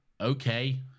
okay